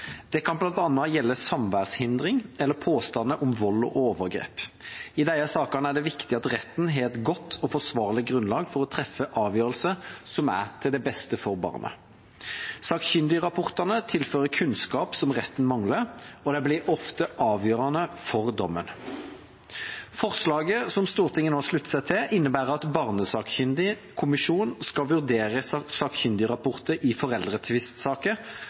Det kan bl.a. gjelde samværshindring eller påstander om vold og overgrep. I disse sakene er det viktig at retten har et godt og forsvarlig grunnlag for å treffe avgjørelse som er til det beste for barnet. Sakkyndigrapportene tilfører kunnskap som retten mangler, og de blir ofte avgjørende for dommen. Forslaget som Stortinget nå slutter seg til, innebærer at Barnesakkyndig Kommisjon skal vurdere sakkyndigrapporter i foreldretvistsaker,